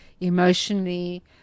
emotionally